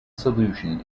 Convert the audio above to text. solution